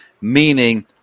Meaning